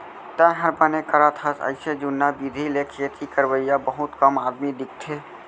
तैंहर बने करत हस अइसे जुन्ना बिधि ले खेती करवइया बहुत कम आदमी दिखथें